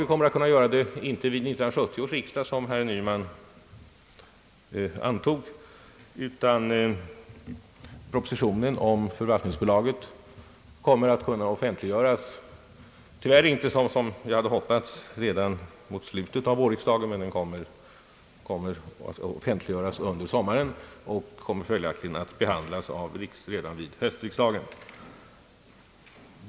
Vi kommer att kunna göra det inte vid 1970 års riksdag, som herr Nyman antog, utan propositionen om förvaltningsbolaget kommer att kunna offentliggöras, tyvärr inte redan mot slutet av vårriksdagen, som jag hade hoppats, men under sommaren, och den kan följaktligen behandlas redan vid höstriksdagen.